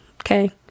Okay